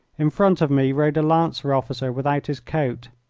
in front of me rode a lancer officer without his coat.